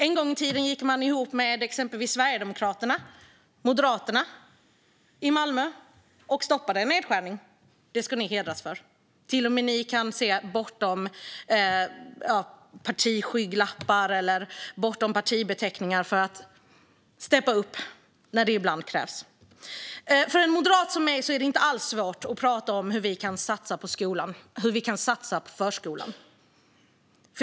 En gång i tiden gick Vänsterpartiet exempelvis ihop med Sverigedemokraterna och Moderaterna i Malmö och stoppade en nedskärning. Det ska ni i Vänsterpartiet hedras för - till och med ni kan se bortom partiskygglappar och partibeteckningar för att steppa upp när det krävs. För en moderat som jag är det inte alls svårt att prata om hur vi kan satsa på skolan och förskolan.